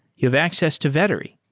you have access to vettery.